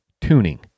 tuning